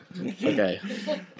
okay